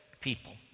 people